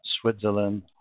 Switzerland